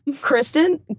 Kristen